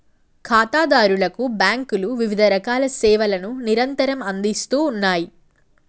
ఖాతాదారులకు బ్యాంకులు వివిధరకాల సేవలను నిరంతరం అందిస్తూ ఉన్నాయి